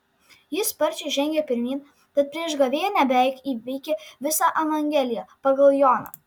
ji sparčiai žengė pirmyn tad prieš gavėnią beveik įveikė visą evangeliją pagal joną